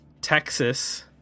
texas